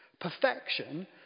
Perfection